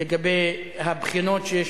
לגבי הבחינות שיש